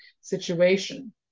situation